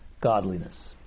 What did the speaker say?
godliness